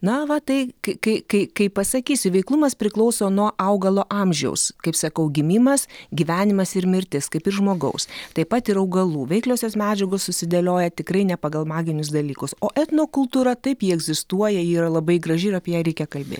na va tai kai kai kai pasakysi veiklumas priklauso nuo augalo amžiaus kaip sakau gimimas gyvenimas ir mirtis kaip ir žmogaus taip pat ir augalų veikliosios medžiagos susidėlioja tikrai ne pagal maginius dalykus o etnokultūra taip ji egzistuoja ji yra labai graži ir apie ją reikia kalbėti